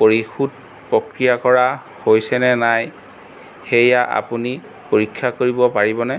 পৰিশোধ প্ৰক্ৰিয়া কৰা হৈছেনে নাই সেয়া আপুনি পৰীক্ষা কৰিব পাৰিবনে